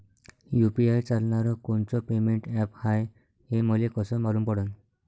UPI चालणारं कोनचं payment app हाय, हे मले कस मालूम पडन?